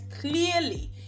clearly